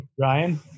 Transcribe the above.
Ryan